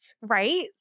right